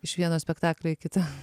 iš vieno spektaklio į kitą